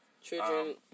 Children